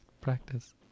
practice